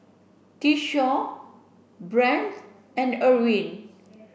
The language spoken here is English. Tyshawn Brent and Erwin